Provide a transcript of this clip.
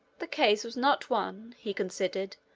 the case was not one, he considered,